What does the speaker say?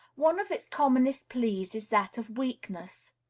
one of its commonest pleas is that of weakness.